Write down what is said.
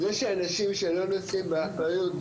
יש אנשים שלא נושאים באחריות,